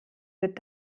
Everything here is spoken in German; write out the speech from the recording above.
wird